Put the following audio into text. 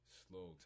slow